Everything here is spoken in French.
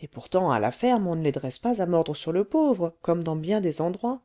et pourtant à la ferme on ne les dresse pas à mordre sur le pauvre comme dans bien des endroits